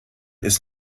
ist